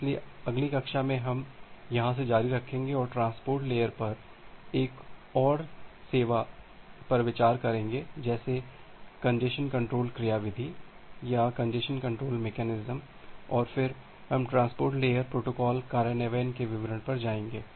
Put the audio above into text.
इसलिए अगली कक्षा में हम यहाँ से जारी रखेंगे और ट्रांसपोर्ट लेयर पर एक और सेवा पर विचार करेंगे जैसे कंजेस्शन कंट्रोल क्रियाविधि और फिर हम ट्रांसपोर्ट लेयर प्रोटोकॉल कार्यान्वयन के विवरण पर जाएंगे